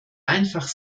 einfach